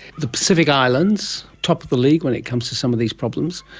the pacific islands, top of the league when it comes to some of these problems.